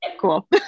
cool